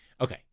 Okay